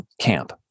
camp